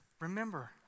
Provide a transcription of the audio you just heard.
remember